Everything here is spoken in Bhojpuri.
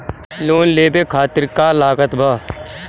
लोन लेवे खातिर का का लागत ब?